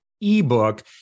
ebook